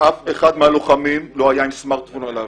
אף אחד לא היה עם סמרטפון עליו.